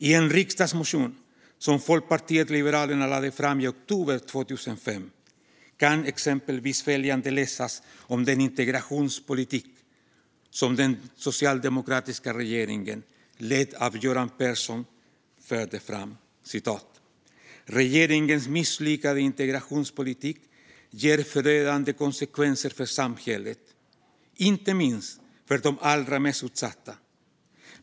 I en riksdagsmotion som Folkpartiet liberalerna väckte i oktober 2005 kan exempelvis följande läsas om den integrationspolitik som den socialdemokratiska regeringen, ledd av Göran Persson, förde fram: Regeringens misslyckade integrationspolitik ger förödande konsekvenser för samhället, inte minst för de allra mest utsatta.